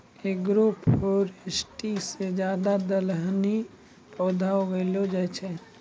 agroforestry से ज्यादा दलहनी पौधे उगैलो जाय छै